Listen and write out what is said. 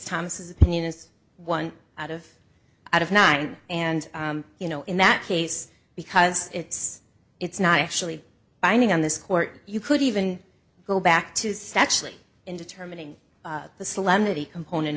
thomas opinion is one out of out of nine and you know in that case because it's it's not actually binding on this court you could even go back to sexually in determining the solemnity component